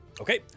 Okay